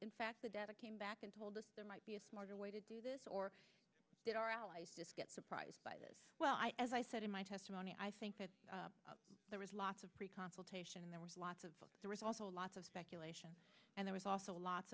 in fact the data came back and told us there might be a smarter way to do this or that our allies this get surprised by this well as i said in my testimony i think that there was lots of consultation and there was lots of there is also lots of speculation and there is also lots